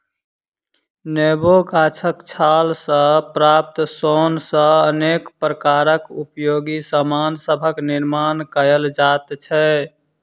नेबो गाछक छाल सॅ प्राप्त सोन सॅ अनेक प्रकारक उपयोगी सामान सभक निर्मान कयल जाइत छै